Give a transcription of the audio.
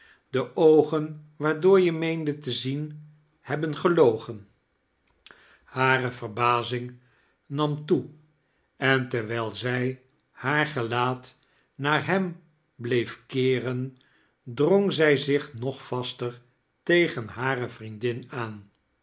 de oogen waardoor jie meende te zien heibben gelogen hare verbazing nam toe en terwijl zij haar gelaat naar hem bleef keeren drong zij zich nog vaster tegen hare vriendin aan